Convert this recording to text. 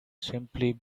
simply